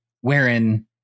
wherein